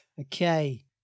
Okay